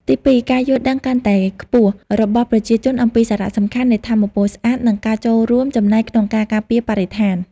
ទីពីរ ការយល់ដឹងកាន់តែខ្ពស់របស់ប្រជាជនអំពីសារៈសំខាន់នៃថាមពលស្អាត និងការចូលរួមចំណែកក្នុងការការពារបរិស្ថាន។